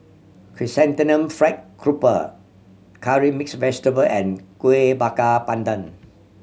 Chrysanthemum Fried Grouper curry mix vegetable and Kuih Bakar Pandan